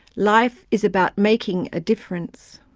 life is about making a difference.